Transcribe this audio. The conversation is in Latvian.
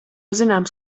zināms